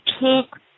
took